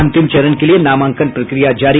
अंतिम चरण के लिये नामांकन प्रक्रिया जारी